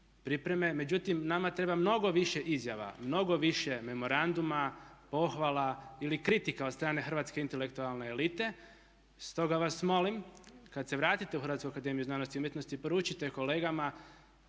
pripreme, međutim nama treba mnogo više izjava, mnogo više memoranduma, pohvala ili kritika od strane hrvatske intelektualne elite stoga vas molim kad se vratite u Hrvatsku akademiju znanosti i umjetnosti poručite kolegama